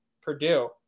Purdue